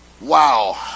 Wow